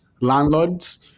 landlords